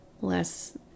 less